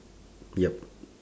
yup